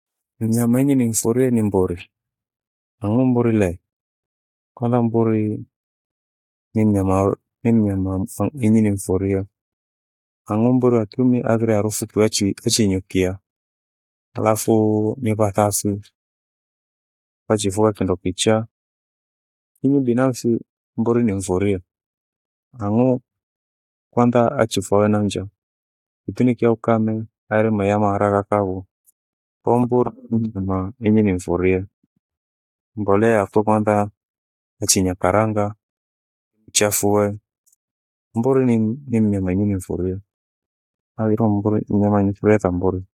Mnyama ini nimfuree ni mburi, ang'u mburile, kwanza mburi, ni myama ni myama inyi nimfurie. Ang'u mburi wakiumi aghire harufu tuachi tuchiinukia, halafu niwathafi wachifua kindo kichaa. Inyi binafsi mburi nimfurie, ang'uu kwantha achifue na njaa kipindi kya ukame ayerima yamaghara kavu. Koo mburi inyi nifurie. Mbolea yapho kwanza achinya karanga, mchafue, mburi nim- nimyam inyi nimefuria, aghiro mburi nyama nifurie tha mburi